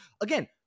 again